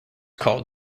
called